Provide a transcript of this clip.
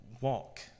walk